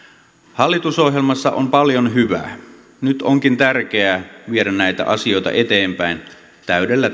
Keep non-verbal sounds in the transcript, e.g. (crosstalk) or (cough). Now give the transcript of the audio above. hallitusohjelmassa on paljon hyvää nyt onkin tärkeää viedä näitä asioita eteenpäin täydellä (unintelligible)